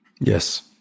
Yes